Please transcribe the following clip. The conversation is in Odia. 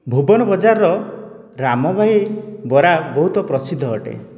ଭୁବନ ବଜାରର ରାମ ଭାଇ ବରା ବହୁତ ପ୍ରସିଦ୍ଧ ଅଟେ